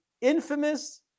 infamous